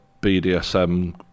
BDSM